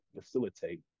facilitate